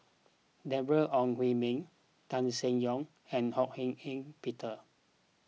Deborah Ong Hui Min Tan Seng Yong and Ho Hak Ean Peter